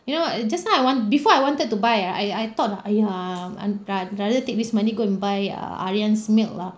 you know eh just now I want before I wanted to buy ah I I thought ah !aiya! I'm I'd rather take this money go and buy err aryan's milk lah